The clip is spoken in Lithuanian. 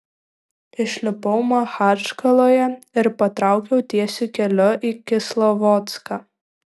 išlipau machačkaloje ir patraukiau tiesiu keliu į kislovodską